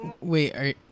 wait